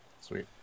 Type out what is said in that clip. sweet